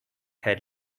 head